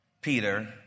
Peter